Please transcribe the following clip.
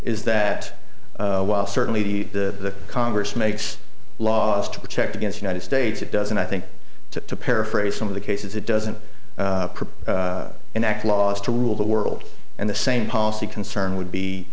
is that while certainly the congress makes laws to protect against united states it doesn't i think to paraphrase some of the cases it doesn't propose an act laws to rule the world and the same policy concern would be